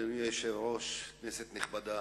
אדוני היושב-ראש, כנסת נכבדה,